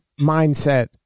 mindset